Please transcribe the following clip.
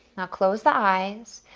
now close the eyes.